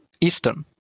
Eastern